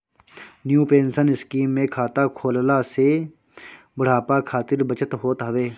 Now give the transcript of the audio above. new pension scheme में खाता खोलला से बुढ़ापा खातिर बचत होत हवे